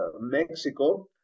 Mexico